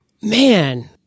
Man